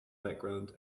background